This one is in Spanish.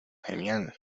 genial